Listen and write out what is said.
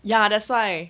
ya that's why